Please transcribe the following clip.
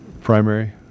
Primary